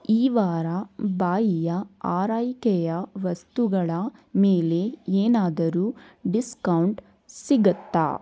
ಈ ವಾರ ಬಾಯಿಯ ಆರೈಕೆಯ ವಸ್ತುಗಳ ಮೇಲೆ ಏನಾದರೂ ಡಿಸ್ಕೌಂಟ್ ಸಿಗತ್ತಾ